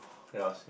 your